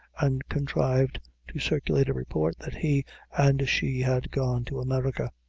and contrived to circulate a report that he and she had gone to america.